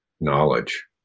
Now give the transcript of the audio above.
knowledge